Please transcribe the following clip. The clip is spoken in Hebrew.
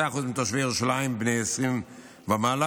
65% מתושבי ירושלים בני 20 ומעלה,